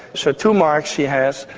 so two marks she has,